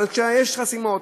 אבל יש חסימות,